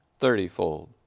thirtyfold